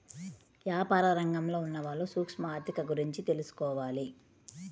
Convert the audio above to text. యాపార రంగంలో ఉన్నవాళ్ళు సూక్ష్మ ఆర్ధిక గురించి తెలుసుకోవాలి